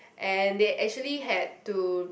and they actually had to